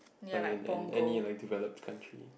like in in any like developed country